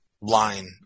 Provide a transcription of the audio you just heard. line